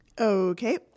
Okay